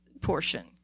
portion